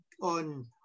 on